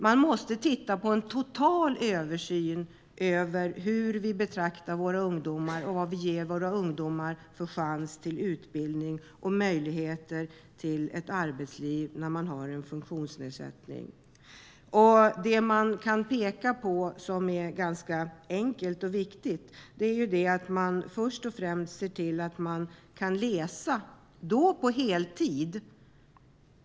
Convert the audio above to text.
Man måste göra en total översyn av hur vi betraktar våra ungdomar och vilken chans till utbildning och möjligheter till ett arbetsliv vi ger våra ungdomar som har en funktionsnedsättning. Något man kan peka på som är ganska enkelt och viktigt är att först och främst ser till att de kan läsa på heltid.